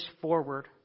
forward